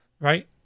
Right